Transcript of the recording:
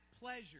pleasure